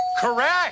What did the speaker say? Correct